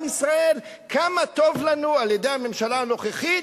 ישראל כמה טוב לנו על-ידי הממשלה הנוכחית.